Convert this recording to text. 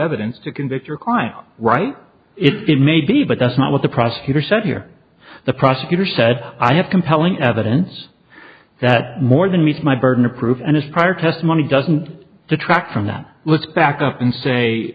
evidence to convict your client right if it may be but that's not what the prosecutor said here the prosecutor said i have compelling evidence that more than meets my burden of proof and his prior testimony doesn't detract from that let's back up and say